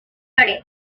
flores